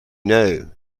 know